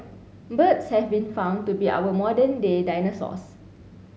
birds have been found to be our modern day dinosaurs